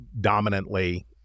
dominantly